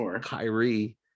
Kyrie